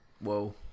Whoa